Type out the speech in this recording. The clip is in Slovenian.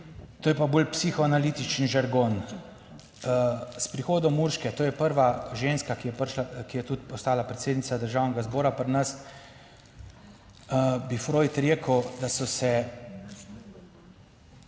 to je pa bolj psihoanalitičen žargon, s prihodom Urške, to je prva ženska, ki je prišla, ki je tudi postala predsednica Državnega zbora pri nas, bi Freud rekel, da so se